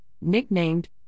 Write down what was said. nicknamed